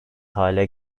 hale